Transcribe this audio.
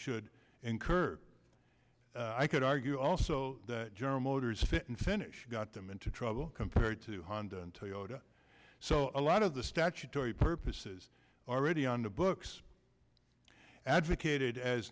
should incur i could argue also that general motors fit and finish got them into trouble compared to honda and toyota so a lot of the statutory purposes already on the books advocated as